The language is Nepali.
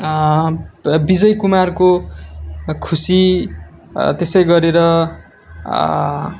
बिजय कुमारको खुसी त्यसै गरेर